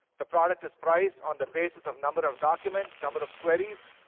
the product is priced on the basis of number of documents, number of queries.